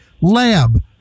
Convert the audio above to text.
lab